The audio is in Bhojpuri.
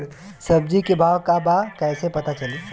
सब्जी के भाव का बा कैसे पता चली?